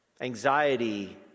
Anxiety